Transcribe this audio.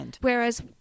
Whereas